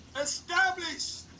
Established